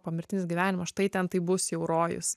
pomirtinis gyvenimas štai ten taip bus jau rojus